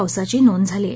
पावसाची नोंद झाली आहे